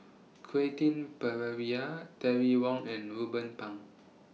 Quentin Pereira Terry Wong and Ruben Pang